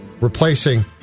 replacing